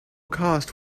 cost